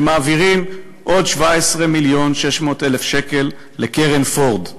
העברת עוד 17 מיליון ו-600,000 לקרן פורד.